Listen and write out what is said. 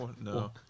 No